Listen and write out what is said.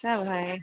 सब है